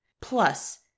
Plus